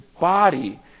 body